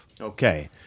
Okay